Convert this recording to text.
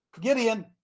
Gideon